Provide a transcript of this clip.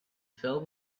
fell